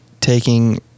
taking